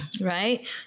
Right